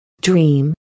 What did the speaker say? Dream